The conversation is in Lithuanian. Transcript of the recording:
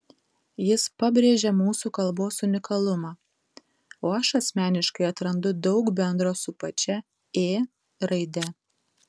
jis pabrėžia mūsų kalbos unikalumą o aš asmeniškai atrandu daug bendro su pačia ė raide